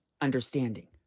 understanding